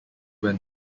when